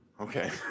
Okay